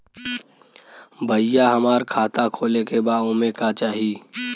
भईया हमार खाता खोले के बा ओमे का चाही?